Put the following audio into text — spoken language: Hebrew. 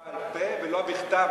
הוא הבטיח בעל-פה ולא בכתב.